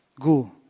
Go